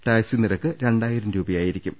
taxi നിരക്ക് രണ്ടായിരം രൂപയായിരിക്കും